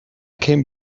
came